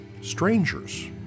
strangers